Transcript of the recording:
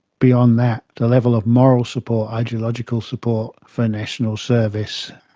beyond that, the level of moral support, ideological support for national service